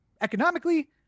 economically